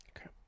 Okay